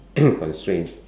constraint